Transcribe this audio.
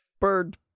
bird